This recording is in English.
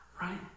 Right